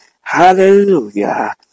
Hallelujah